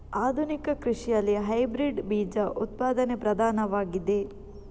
ಆಧುನಿಕ ಕೃಷಿಯಲ್ಲಿ ಹೈಬ್ರಿಡ್ ಬೀಜ ಉತ್ಪಾದನೆ ಪ್ರಧಾನವಾಗಿದೆ